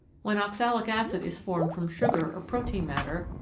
when oxalic acid is formed from sugar or protein matter,